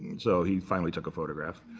so he finally took a photograph.